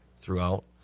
throughout